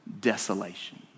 desolation